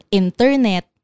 internet